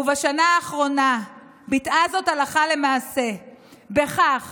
ובשנה האחרונה ביטאה זאת הלכה למעשה בכך